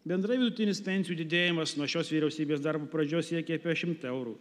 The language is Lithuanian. bendrai vidutinis pensijų didėjimas nuo šios vyriausybės darbo pradžios siekė apie šimtą eurų